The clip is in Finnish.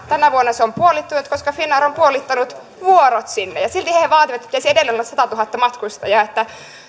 tänä vuonna se on puolittunut koska finnair on puolittanut vuorot sinne ja silti he vaativat että pitäisi edelleen olla satatuhatta matkustajaa